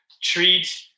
treat